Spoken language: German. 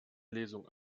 lesung